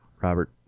Robert